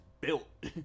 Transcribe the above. built